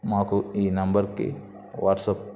మాకు ఈ నంబర్కి వాట్సప్